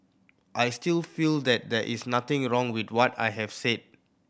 I still feel that there is nothing wrong with what I have said